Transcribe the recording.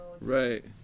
Right